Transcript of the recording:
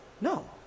No